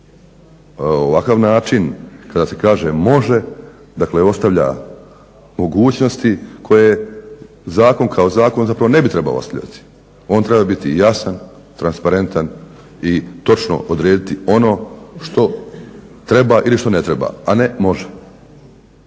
Ovakav način kada se kaže može, dakle ostavlja mogućnosti koje zakon kao zakon zapravo ne bi trebao ostavljati. On treba biti jasan, transparentan i točno odrediti ono što treba ili što ne treba, a ne može.